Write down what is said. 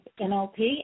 NLP